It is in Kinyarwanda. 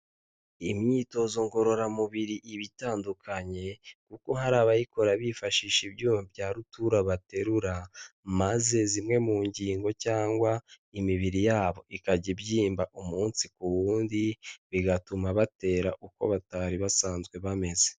Imyitozo ngororamubiri iba itandukanye kuko hari abayikora bifashisha ibyuyuma bya rutura baterura, maze zimwe mu ngingo cyangwa imibiri yabo ikajya ibyimba umunsi ku wundi, bigatuma batera uko batari basanzwe bameze.